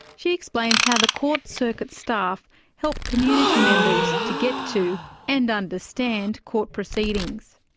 she explains how the court circuit staff help community members to get to and understand court proceedings.